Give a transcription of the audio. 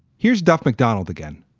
here's duff mcdonald again